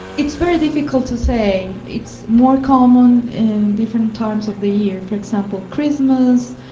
it's very difficult to say. it's more common in different times of the year. for example, christmas,